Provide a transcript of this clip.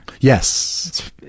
Yes